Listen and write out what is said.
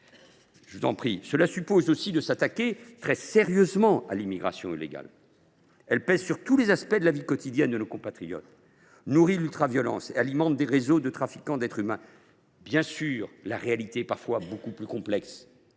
Merci ! Cela suppose également de s’attaquer très sérieusement à l’immigration illégale, qui pèse sur tous les aspects de la vie quotidienne de nos compatriotes, nourrit l’ultraviolence et alimente des réseaux de trafiquants d’êtres humains. Certes, la réalité est parfois bien plus complexe.